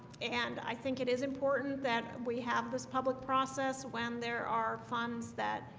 and i think it is important that we have this public process when there are funds that